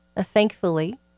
Thankfully